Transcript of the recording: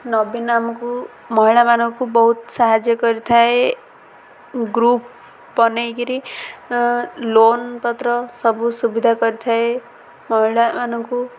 ନବୀନ ଆମକୁ ମହିଳାମାନଙ୍କୁ ବହୁତ ସାହାଯ୍ୟ କରିଥାଏ ଗ୍ରୁପ୍ ବନାଇକରି ଲୋନ୍ ପତ୍ର ସବୁ ସୁବିଧା କରିଥାଏ ମହିଳାମାନଙ୍କୁ